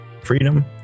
freedom